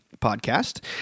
podcast